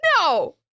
No